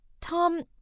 Tom